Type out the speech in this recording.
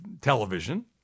television